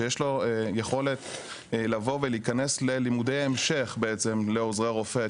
שיש לו יכולת להיכנס ללימודי המשך לעוזרי רופא,